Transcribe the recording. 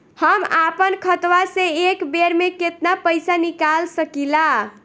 हम आपन खतवा से एक बेर मे केतना पईसा निकाल सकिला?